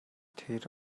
тэр